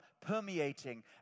permeating